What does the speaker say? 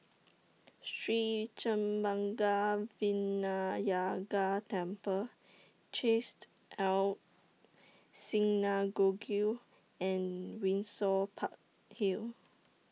Sri Senpaga Vinayagar Temple Chesed El Synagogue and Windsor Park Hill